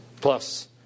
Plus